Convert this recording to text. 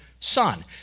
son